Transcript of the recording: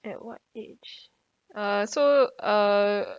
at what age uh so uh